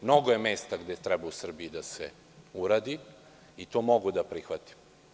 Mnogo je mesta gde treba u Srbiji da se uradi, i to mogu da prihvatim.